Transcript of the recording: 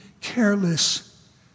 careless